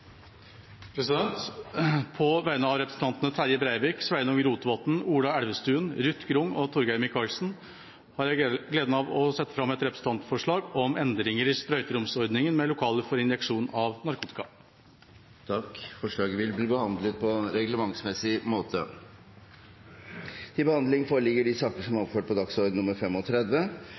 representantforslag. På vegne av representantene Terje Breivik, Sveinung Rotevatn, Ola Elvestuen, Ruth Grung, Torgeir Micaelsen og meg selv har jeg gleden av å sette fram et representantforslag om endringer i sprøyteromsordningen. Forslaget vil bli behandlet på reglementsmessig måte. Før sakene på dagens kart tas opp til behandling,